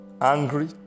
angry